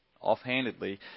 offhandedly